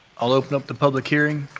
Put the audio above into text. i'll open up the public hearing.